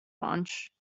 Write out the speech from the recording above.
launch